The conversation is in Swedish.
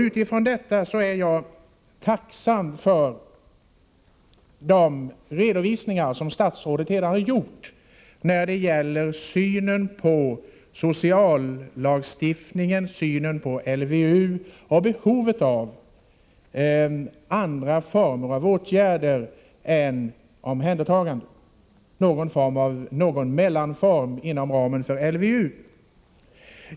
Utifrån detta är jag tacksam för de redovisningar som statsrådet redan har gjort angående synen på sociallagstiftningen, synen på LVU och behovet av andra former av åtgärder än omhändertagande, t.ex. ett slags mellanform inom ramen för LVU.